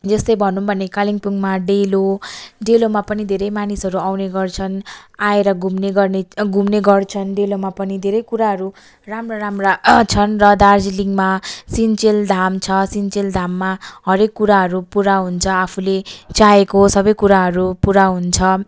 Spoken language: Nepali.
यस्तै भनौँ भने कालिम्पोङमा डेलो डेलोमा पनि धेरै मानिसहरू आउने गर्छन् आएर घुम्ने गर्ने घुम्ने गर्छन् डेलोमा पनि धेरै कुराहरू राम्रा राम्रा छन् दार्जिलिङमा सिन्चेल धाम छ सिन्चेल धाममा हरेक कुराहरू पुरा हुन्छ आफूले चाहेको सबै कुराहरू पुरा हुन्छ